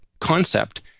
concept